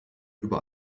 über